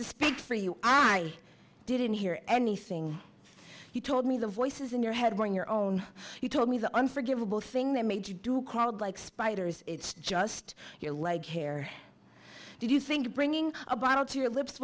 to speak for you i didn't hear anything you told me the voices in your head were in your own you told me the unforgivable thing that made you do called like spiders it's just your leg hair did you think bringing a bottle to your lips